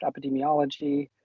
epidemiology